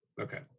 okay